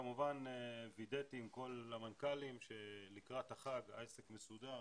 כמובן וידאתי עם כל המנכ"לים שלקראת החג העסק מסודר,